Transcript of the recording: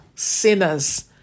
sinners